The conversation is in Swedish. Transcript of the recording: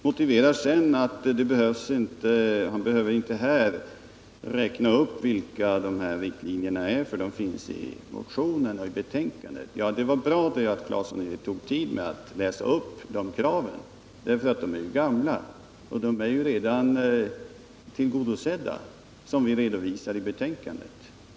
Han motiverar sedan att han här inte behöver räkna upp vilka riktlinjerna är men att de finns i motionen och i betänkandet. Det var bra att Tore Claeson inte tog upp tid med att läsa upp de kraven, för de är gamla och redan tillgodosedda, vilket vi redovisar i betänkandet.